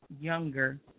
younger